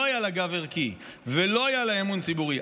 היה לה גב ערכי ולא היה לה אמון ציבורי,